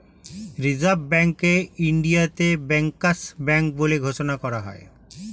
reserve ব্যাঙ্ককে ইন্ডিয়াতে bankers bank বলে ঘোষণা করা হয়